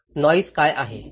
noise काय आहे